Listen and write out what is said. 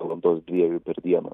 valandos dviejų per dieną